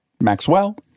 maxwell